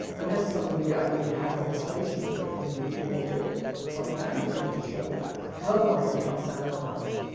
and this is something yeah you know you have conversations with and you you want to portray that and you need to show that. because otherwise it becomes sanitized.